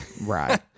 Right